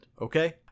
okay